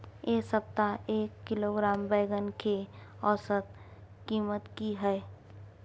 ऐ सप्ताह एक किलोग्राम बैंगन के औसत कीमत कि हय?